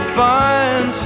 find